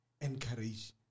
encourage